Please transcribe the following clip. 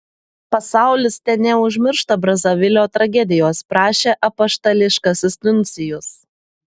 pasaulis teneužmiršta brazavilio tragedijos prašė apaštališkasis nuncijus